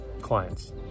clients